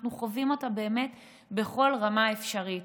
אנחנו חווים אותה באמת בכל רמה אפשרית: